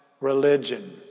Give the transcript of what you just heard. religion